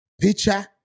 picture